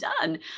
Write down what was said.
done